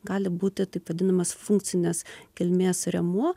gali būti taip vadinamas funkcinės kilmės rėmuo